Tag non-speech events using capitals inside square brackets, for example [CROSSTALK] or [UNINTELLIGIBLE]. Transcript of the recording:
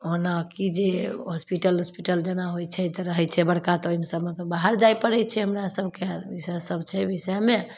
ओना कि जे हॉस्पिटल ओस्पिटल जेना होइ छै तऽ रहय छै बड़का तऽ ओइमे सँ मतलब बाहर जाइ पड़य छै हमरा सबके [UNINTELLIGIBLE] छै विषयमे